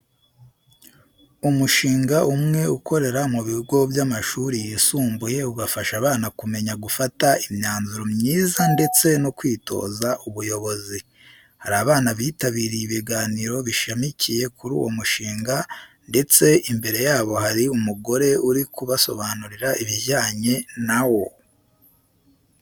Umushinga umwe ukorera mu bigo by'amashuri yisumbuye ugafasha abana kumenya gufata imyanzuro myiza ndetse no kwitoza ubuyobozi. Hari abana bitabiriye ibiganiro bishamikiye kuri uwo mushinga ndetse imbere yabo hari umugore uri kubasobanurira ibijyanye na wo.